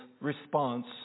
response